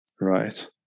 Right